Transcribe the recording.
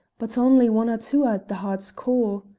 but only one or two are at the heart's core.